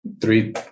three